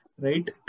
right